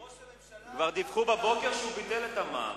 כבר דיווחו בבוקר שהוא ביטל את המע"מ.